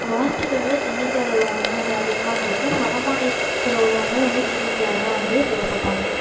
வாய்ப்புகள் வந்து தென்னிந்தியாவில உள்ளவங்களுக்குதான் வந்து அதிகமாக கிடைக்கும் வட மாநிலத்தில் உள்ளவங்களே வந்து தென்னிந்தியாவிலதான் வந்து வேலை பார்ப்பாங்க